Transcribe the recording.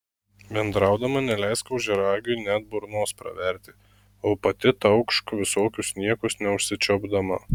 bendraudama neleisk ožiaragiui net burnos praverti o pati taukšk visokius niekus neužsičiaupdama